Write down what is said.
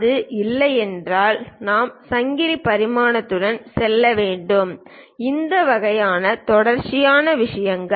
அது இல்லை என்றால் நாம் சங்கிலி பரிமாணத்துடன் செல்ல வேண்டும் இந்த வகையான தொடர்ச்சியான விஷயம்